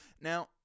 Now